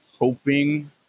hoping